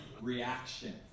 reaction